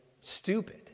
stupid